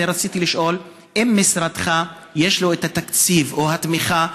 אני רציתי לשאול אם למשרדך יש התקציב או התמיכה,